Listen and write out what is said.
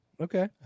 Okay